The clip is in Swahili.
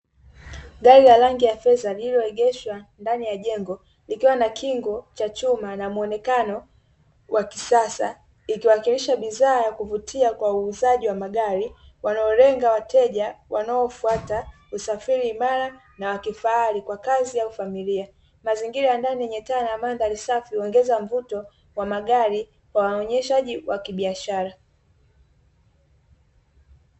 Gari la rangi ya fedha lililoegeshwa ndani ya jengo, likiwa na kingu cha chuma na mwonekano wa kisasa, ikiwakilisha bidhaa ya kuvutia kwa uuzaji wa magari wanaolenga wateja wanaofuata usafiri imara na wa kifahari kwa kazi au familia. Mazingira ya ndani yenye taa na mandhari safi huongeza mvuto wa magari kwa uonyeshaji wa kibiashara.